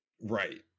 Right